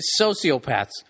sociopaths